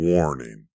Warning